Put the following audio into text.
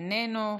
איננו,